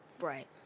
right